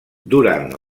durant